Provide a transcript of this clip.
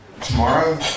tomorrow